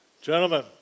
gentlemen